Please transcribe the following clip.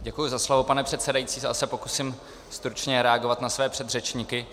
Děkuji za slovo, pane předsedající, já se pokusím stručně reagovat na své předřečníky.